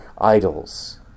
idols